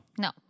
no